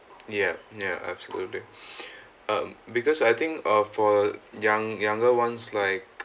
ya ya absolutely um because I think of for young younger ones like